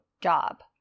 job